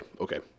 okay